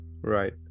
Right